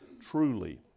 truly